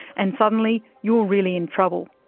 and suddenly you're really in trouble.